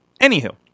Anywho